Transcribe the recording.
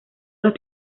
los